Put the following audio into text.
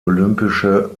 olympische